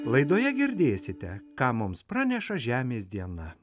laidoje girdėsite ką mums praneša žemės diena